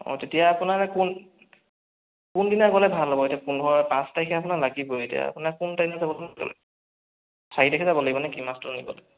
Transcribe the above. অঁ তেতিয়া আপোনাৰ কোন কোনদিনা গ'লে ভাল হ'ব এতিয়া পোন্ধৰ পাঁচ তাৰিখে আপোনাৰ লাগিবই এতিয়া আপোনাৰ কোন তাৰিখে যাব চাৰি তাৰিখে যাব লাগিব নে কি মাছটো আনিবলৈ